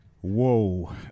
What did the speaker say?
Whoa